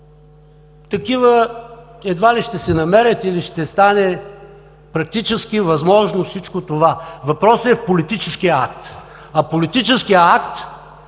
Такива едва ли ще се намерят или ще стане практически възможно всичко това. Въпросът е в политическия акт! А политическият акт